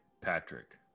Patrick